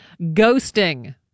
Ghosting